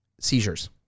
Seizures